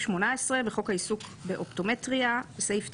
תיקון חוק העיסוק באופטומטריה18.בחוק העיסוק באופטומטריה,